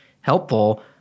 helpful